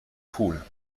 pool